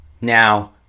Now